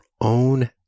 own